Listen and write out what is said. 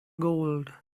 gold